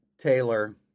Taylor